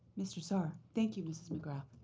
mr. saar. thank you, ms. mcgrath.